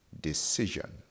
Decision